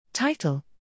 Title